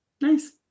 nice